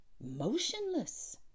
motionless